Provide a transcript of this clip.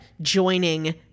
joining